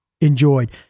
enjoyed